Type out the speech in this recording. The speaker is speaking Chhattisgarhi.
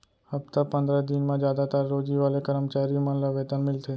हप्ता पंदरा दिन म जादातर रोजी वाले करम चारी मन ल वेतन मिलथे